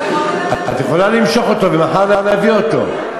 את יכולה למשוך אותו ומחר להביא אותו.